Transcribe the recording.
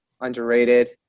underrated